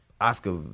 Oscar